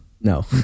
No